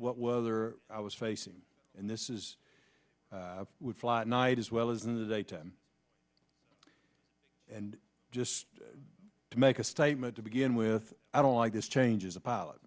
whether i was facing and this is i would fly at night as well as in the daytime and just to make a statement to begin with i don't like this changes a pilot